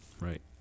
right